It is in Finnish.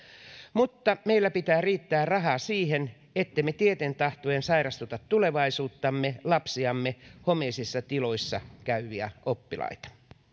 mutta meillä pitää riittää rahaa siihen ettemme tieten tahtoen sairastuta tulevaisuuttamme lapsiamme homeisissa tiloissa käyviä oppilaita